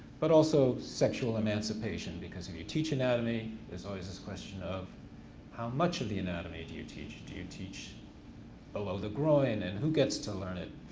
but also sexual emancipation because if you teach anatomy, there's always this question of how much of the anatomy do you teach? do you teach below the groin and who gets to learn it?